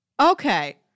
Okay